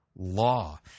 Law